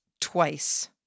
twice